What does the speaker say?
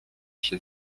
się